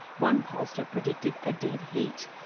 one pollster predicted a dead heat.